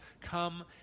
Come